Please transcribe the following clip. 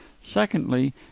Secondly